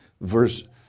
verse